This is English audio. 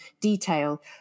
detail